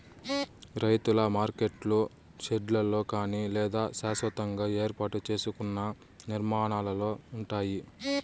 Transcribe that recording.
రైతుల మార్కెట్లు షెడ్లలో కానీ లేదా శాస్వతంగా ఏర్పాటు సేసుకున్న నిర్మాణాలలో ఉంటాయి